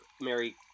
Mary